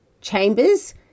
Chambers